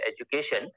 education